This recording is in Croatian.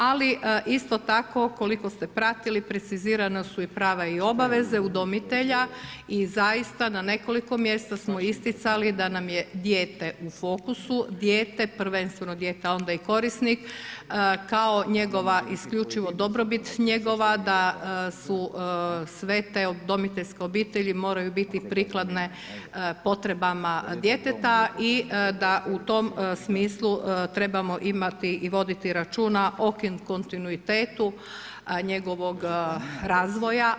Ali isto tako ukoliko ste pratili precizirana se i prava i obaveza i zaista na nekoliko mjesta smo isticali da nam je dijete u fokusu, dijete prvenstveno dijete, a onda i korisnik kao njegova isključivo dobrobit njegova da su sve te udomiteljske obitelji moraju biti prikladne potrebama djeteta i da u tom smislu trebamo imati i voditi računa o kontinuitetu njegovog razvoja.